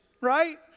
Right